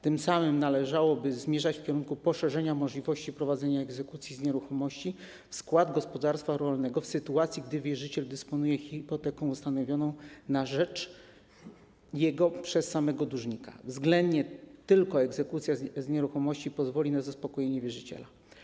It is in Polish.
Tym samym należałoby zmierzać w kierunku poszerzenia możliwości prowadzenia egzekucji z nieruchomości wchodzącej w skład gospodarstwa rolnego w sytuacji, gdy wierzyciel dysponuje hipoteką ustanowioną na jego rzecz przez samego dłużnika, względnie gdy tylko egzekucja z nieruchomości pozwoli na zaspokojenie wierzyciela.